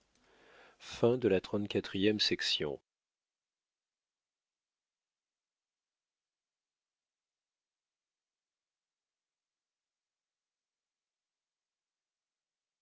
pour la quatrième fois